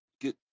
get